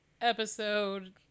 episode